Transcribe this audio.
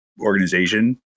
organization